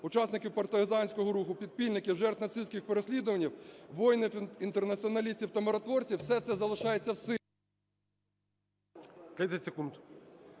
учасників партизанського руху, підпільників, жертв нацистських переслідувань, воїнів-інтернаціоналістів та миротворців – все це залишається в силі…